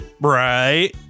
right